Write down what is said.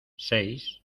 seis